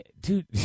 dude